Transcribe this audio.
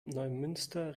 neumünster